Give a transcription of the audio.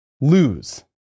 lose